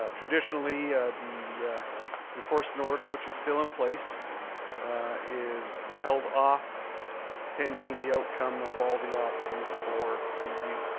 ah traditionally the enforcement order which is still in place is held off pending the outcome of all the options for review.